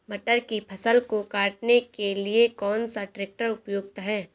मटर की फसल को काटने के लिए कौन सा ट्रैक्टर उपयुक्त है?